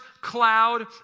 cloud